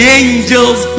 angels